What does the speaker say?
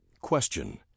Question